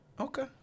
Okay